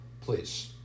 Please